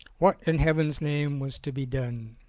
what in heaven's name was to be done?